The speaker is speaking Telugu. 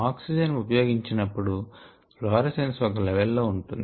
ఆక్సిజన్ ఉపయోగించినప్పుడు ఫ్లోరసెన్స్ ఒక లెవల్ లో ఉంటుంది